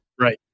Right